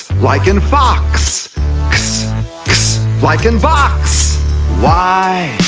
like in fox x like in box y,